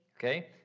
Okay